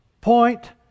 Point